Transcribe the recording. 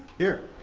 here.